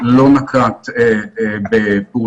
היא בעצמה מגלה שהיא לא נותנת אמון בציבור.